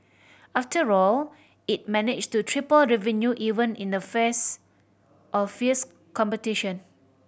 after all it managed to triple revenue even in the face of fierce competition